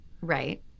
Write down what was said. Right